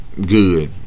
Good